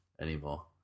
anymore